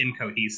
incohesive